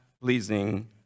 pleasing